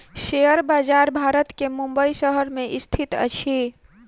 share बजार भारत के मुंबई शहर में स्थित अछि